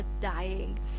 dying